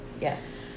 Yes